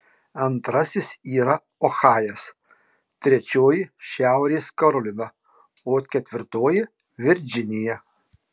antrasis yra ohajas trečioji šiaurės karolina o ketvirtoji virdžinija